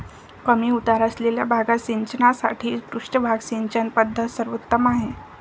कमी उतार असलेल्या भागात सिंचनासाठी पृष्ठभाग सिंचन पद्धत सर्वोत्तम आहे